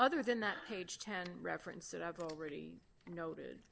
other than that page ten reference that i've already noted